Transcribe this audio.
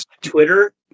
Twitter